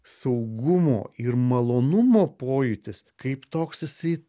saugumo ir malonumo pojūtis kaip toks jisai